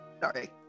Sorry